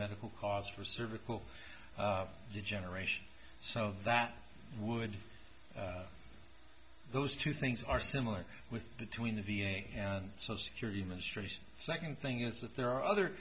medical cause for cervical degeneration so that would those two things are similar with between the v a and so security administration second thing is that there are other